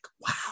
wow